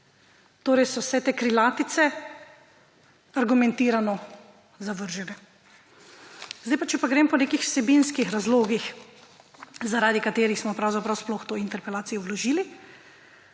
Torej so vse te krilatice argumentirano zavržene. Če pa grem po nekih vsebinskih razlogih, zaradi katerih smo pravzaprav sploh to interpelacijo vložil,